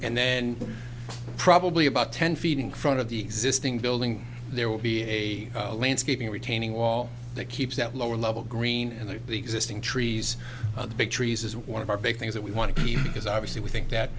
and then probably about ten feet in front of the existing building there will be a landscaping retaining wall that keeps that lower level green and the existing trees big trees is one of our big things that we want to keep because obviously we think that